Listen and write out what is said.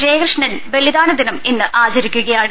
ജയകൃഷ്ണൻ ബലിദാന ദിനം ഇന്ന് ആചരിക്കുകയാണ്